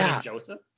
Joseph